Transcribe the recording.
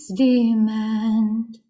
demand